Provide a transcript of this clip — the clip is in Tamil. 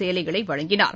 சேலைகளை வழங்கினார்